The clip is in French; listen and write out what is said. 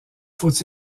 faut